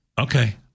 Okay